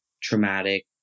traumatic